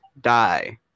die